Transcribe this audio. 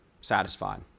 satisfied